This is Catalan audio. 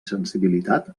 sensibilitat